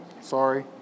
Sorry